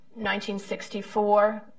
1964